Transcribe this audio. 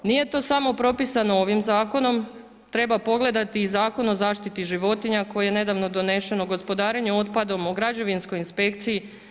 Nije to samo propisano ovim zakonom, treba pogledati i Zakon o zaštiti životinja, koji je nedavno donesen o gospodarenju otpadom, o građevinskog inspekciji.